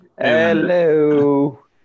Hello